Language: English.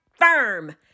firm